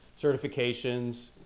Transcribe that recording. certifications